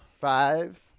Five